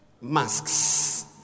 Masks